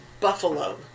buffalo